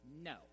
No